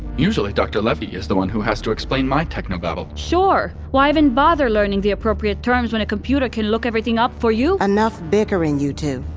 usually doctor levy is the one who has to explain my techno-babble sure, why even bother learning the appropriate terms when a computer can look everything up for you? enough bickering you two.